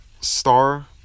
star